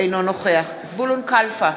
אינו נוכח זבולון כלפה,